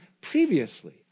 previously